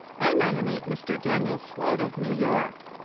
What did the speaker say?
i nominate mr. daniel slote, of new york.